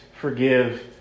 forgive